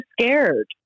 scared